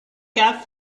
cap